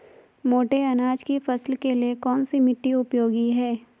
मोटे अनाज की फसल के लिए कौन सी मिट्टी उपयोगी है?